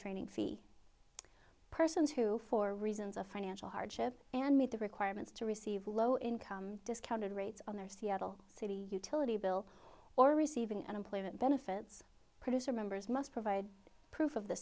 training fee persons who for reasons of financial hardship and meet the requirements to receive low income discounted rates on their seattle city utility bill or receiving unemployment benefits producer members must provide proof of the